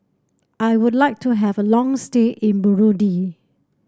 I would like to have a long stay in Burundi